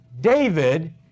David